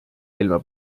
silma